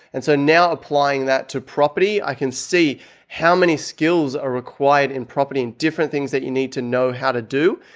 and so now applying that to property, i can see how many skills are required in property and different things that you need to know how to do.